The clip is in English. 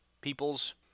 peoples